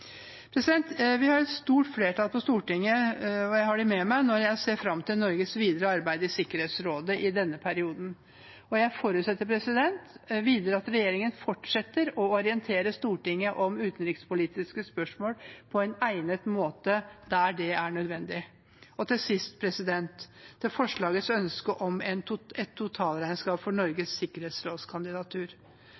har et stort flertall på Stortinget med meg når jeg ser fram til Norges videre arbeid i Sikkerhetsrådet i denne perioden. Jeg forutsetter videre at regjeringen fortsetter å orientere Stortinget om utenrikspolitiske spørsmål på en egnet måte, der det er nødvendig. Til sist, til forslagets ønske om et totalregnskap for